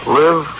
live